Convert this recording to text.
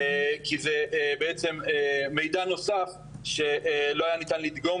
כי זה בעצם מידע נוסף שלא היה ניתן לדגום